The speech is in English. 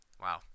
Wow